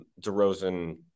DeRozan